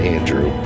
Andrew